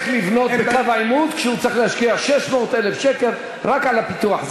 מי הולך לבנות בקו העימות כשהוא צריך להשקיע 600,000 שקל רק על הפיתוח?